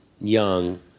young